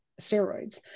steroids